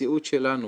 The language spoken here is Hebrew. במציאות שלנו,